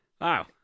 Wow